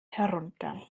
herunter